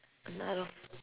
another f~